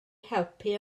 helpu